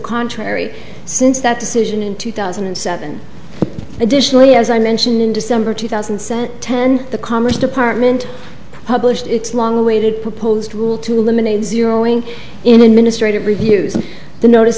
contrary since that decision in two thousand and seven additionally as i mention in december two thousand sent ten the commerce department published its long awaited proposed rule to eliminate zero in in administrative reviews and the notice